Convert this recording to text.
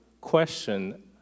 question